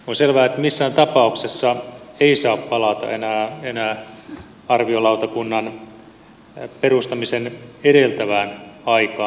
on selvää että missään tapauksessa ei saa palata enää arviolautakunnan perustamista edeltävään aikaan